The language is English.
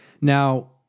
Now